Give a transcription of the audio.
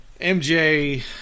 MJ